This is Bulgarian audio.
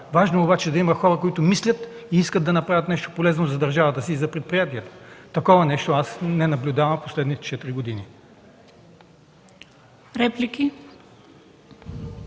важно е обаче да има и хора, които мислят и искат да направят нещо полезно за държавата и предприятието. Такова нещо аз не наблюдавам през последните четири години.